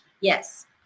Yes